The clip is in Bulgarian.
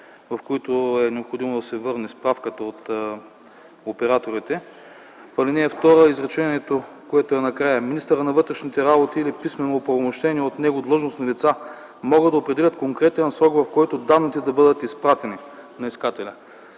в които е необходимо да се върне справката от операторите. В ал. 2 изречението накрая е „министърът на вътрешните работи или писмено упълномощени от него длъжностни лица могат да определят конкретен срок, в който данните да бъдат изпратени на искателя”.